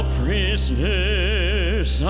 prisoners